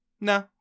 no